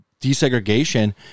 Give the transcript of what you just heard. desegregation